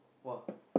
!wah!